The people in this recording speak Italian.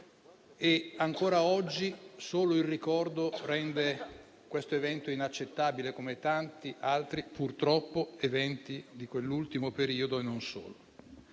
e ancora oggi solo il ricordo rende questo evento inaccettabile come tanti altri accadimenti di quell'ultimo periodo, e non solo.